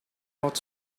not